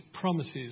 promises